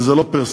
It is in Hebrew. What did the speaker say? וזה לא פרסונלי.